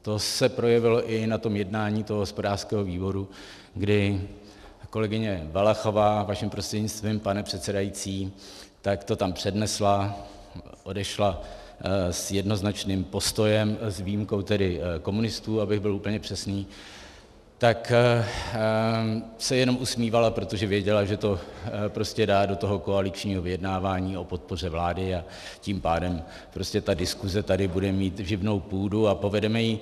To se projevilo i na tom jednání hospodářského výboru, kdy kolegyně Valachová, vaším prostřednictvím pane přesedající, tak to tam přednesla, odešla s jednoznačným postojem s výjimkou tedy komunistů, abych byl úplně přesný, tak se jenom usmívala, protože věděla, že to dá do toho koaličního vyjednávání o podpoře vlády, a tím pádem ta diskuse tady bude mít živnou půdu a povedeme ji.